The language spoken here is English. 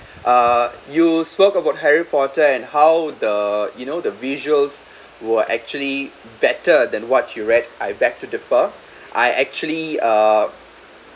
uh you spoke about harry potter and how the you know the visuals were actually better than what you read I beg to differ I actually uh